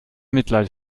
mitleid